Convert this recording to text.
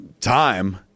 time